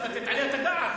צריך לתת עליה את הדעת.